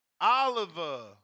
Oliver